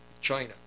China